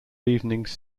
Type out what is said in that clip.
evenings